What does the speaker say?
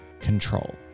control